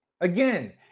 Again